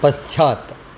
पश्चात्